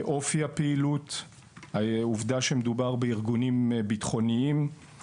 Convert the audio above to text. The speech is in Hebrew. אופי הפעילות; העובדה שמדובר בארגונים ביטחוניים;